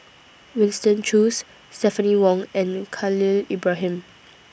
Winston Choos Stephanie Wong and Khalil Ibrahim